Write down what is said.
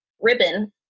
ribbon